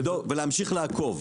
ולהמשיך לעקוב.